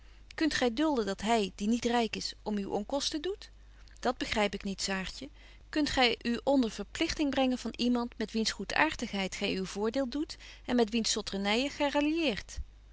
kunt gy dulden dat hy die niet ryk is om u onkosten doet dat begryp ik niet saartje kunt gy u onder verpligting brengen van iemand met wiens goedaartigheid gy uw voordeel doet en met wiens zotternyen gy